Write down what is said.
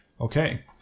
Okay